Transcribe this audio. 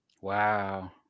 Wow